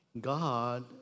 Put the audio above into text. God